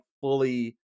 fully